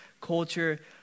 culture